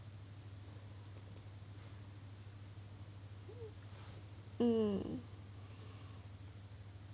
um